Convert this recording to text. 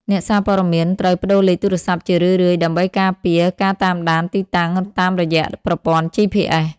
អ្នកសារព័ត៌មានត្រូវប្តូរលេខទូរស័ព្ទជារឿយៗ ដើម្បីការពារការតាមដានទីតាំងតាមរយៈប្រព័ន្ធ GPS។